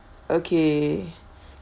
okay